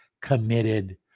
committed